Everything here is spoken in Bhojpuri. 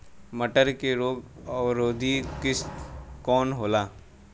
मटर के रोग अवरोधी किस्म कौन होला?